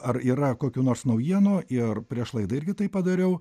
ar yra kokių nors naujienų ir prieš laidą irgi tai padariau